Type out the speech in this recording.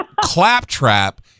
claptrap